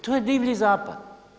To je divlji zapad.